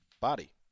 body